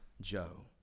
Joe